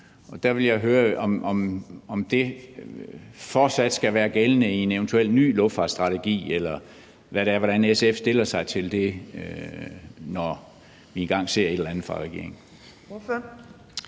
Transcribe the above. Der vil jeg høre, om det fortsat skal være gældende i en eventuel ny luftfartsstrategi, eller hvordan SF stiller sig til det, når vi engang ser et eller andet fra regeringen.